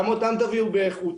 גם אותם תביאו באיכות.